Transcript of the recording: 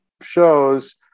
shows